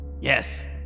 Yes